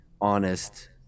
honest